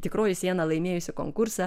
tikroji siena laimėjusi konkursą